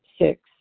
Six